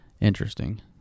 interesting